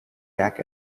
back